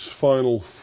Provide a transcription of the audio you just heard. final